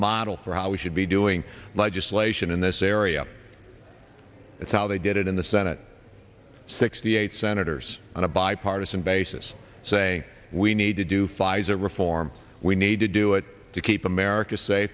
model for how we should be doing legislation in this area it's how they did it in the senate sixty eight senators on a bipartisan basis saying we need to do pfizer reform we need to do it to keep america sa